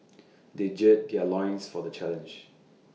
they gird their loins for the challenge